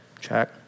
Check